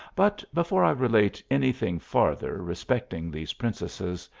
but before i relate any thing farther respecting these princesses,